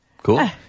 Cool